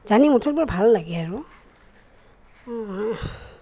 জানি মুঠত বৰ ভাল লাগে আৰু